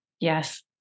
Yes